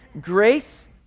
Grace